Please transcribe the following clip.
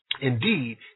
Indeed